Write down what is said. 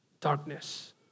darkness